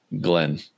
Glenn